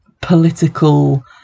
political